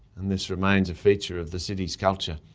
and this remains a feature of the city's culture.